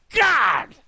God